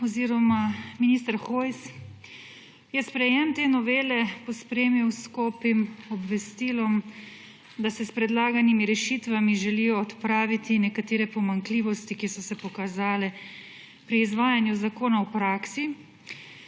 oziroma minister Hojs je sprejetje te novele pospremil s skopim obvestilom, da se s predlaganimi rešitvami želijo odpraviti nekatere pomanjkljivosti, ki so se pokazale pri izvajanju zakona v praksi